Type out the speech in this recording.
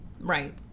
Right